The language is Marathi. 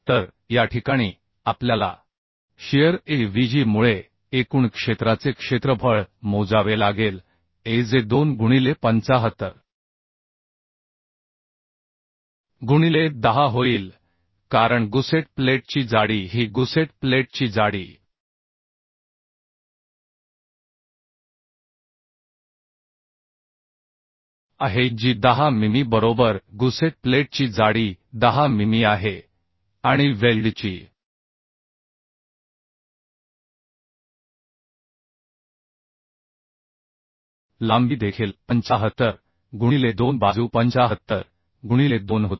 तर या ठिकाणी आपल्याला शिअर avg मुळे एकूण क्षेत्राचे क्षेत्रफळ मोजावे लागेल जे 2 गुणिले 75 गुणिले 10 होईल कारण गुसेट प्लेटची जाडी ही गुसेट प्लेटची जाडी आहे जी 10 मिमी बरोबर गुसेट प्लेटची जाडी 10 मिमी आहे आणि वेल्डची लांबी देखील 75 गुणिले 2 बाजू 75 गुणिले 2 होती